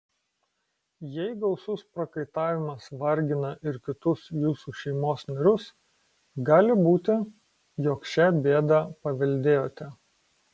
jei gausus prakaitavimas vargina ir kitus jūsų šeimos narius gali būti jog šią bėdą paveldėjote